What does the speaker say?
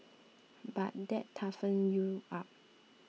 but that toughens you up